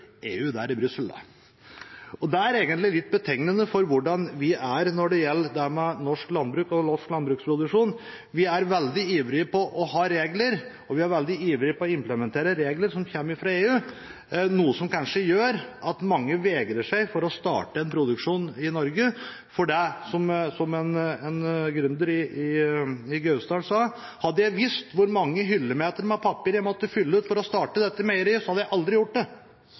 EU, det er i Brüssel, det. Det er egentlig litt betegnende for hvordan vi er når det gjelder norsk landbruk og norsk landbruksproduksjon. Vi er veldig ivrige etter å ha regler, og vi er veldig ivrige etter å implementere regler som kommer fra EU, noe som kanskje gjør at mange vegrer seg for å starte en produksjon i Norge. Som en gründer i Gausdal sa: Hadde jeg visst hvor mange hyllemeter med papir jeg måtte fylle ut for å starte dette meieriet, hadde jeg aldri gjort det. Det tror jeg er litt betegnende. Det å gjøre noe med regelverket, kanskje kunne være litt fleksible på det,